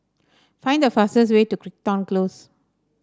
find the fastest way to Crichton Close